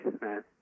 man